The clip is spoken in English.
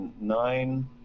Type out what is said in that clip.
nine